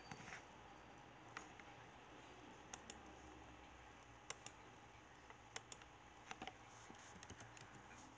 six